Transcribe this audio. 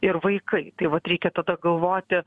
ir vaikai tai vat reikia tada galvoti